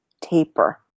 taper